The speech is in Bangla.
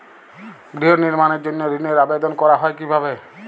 গৃহ নির্মাণের জন্য ঋণের আবেদন করা হয় কিভাবে?